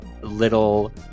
little